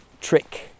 trick